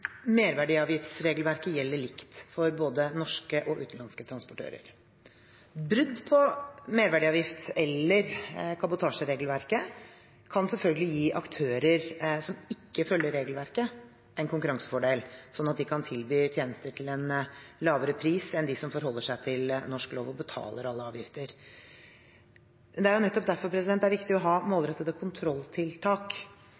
Merverdiavgiftsregelverket gjelder likt for både norske og utenlandske transportører. Brudd på merverdiavgifts- eller kabotasjeregelverket kan selvfølgelig gi aktører som ikke følger regelverket, en konkurransefordel, slik at de kan tilby tjenester til en lavere pris enn dem som forholder seg til norsk lov og betaler alle avgifter. Det er nettopp derfor det er viktig å ha